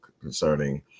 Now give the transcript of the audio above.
concerning